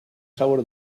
sabor